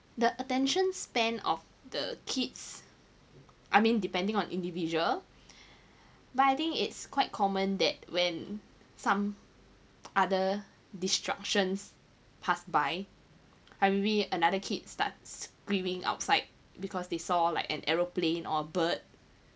the attention spend of the kids I mean depending on individual but I think it's quite common that when some other destruction passed by like maybe another kid starts screaming outside because they saw like an aeroplane or bird